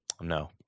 No